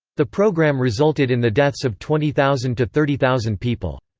the program resulted in the deaths of twenty thousand to thirty thousand people.